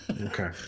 Okay